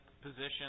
position